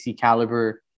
caliber